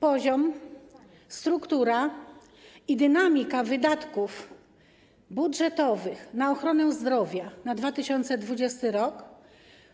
Poziom, struktura i dynamika wydatków budżetowych na ochronę zdrowia na 2020 r.